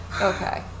Okay